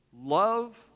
Love